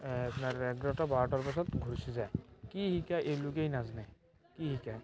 দহটা বাৰটাৰ পিছত গুচি যায় কি শিকায় এওঁলোকেই নাজানে কি শিকায়